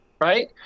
right